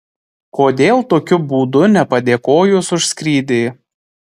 kodėl tokiu būdu nepadėkojus už skrydį